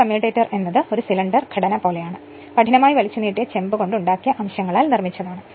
ഒരു കമ്മ്യൂട്ടേറ്റർ എന്നത് ഒരു സിലിണ്ടർ ഘടനയാണ് ഇത് കഠിനമായി വലിച്ചു നീട്ടിയ ചെമ്പ് കൊണ്ട് ഉണ്ടാക്കിയ അംശങ്ങളാൽ നിർമ്മിച്ചതാണ്